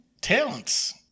talents